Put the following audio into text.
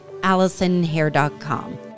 allisonhair.com